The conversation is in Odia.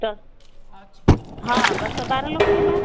ଦଶ ହଁ ଦଶ ବାର ଲୋକ ହେବା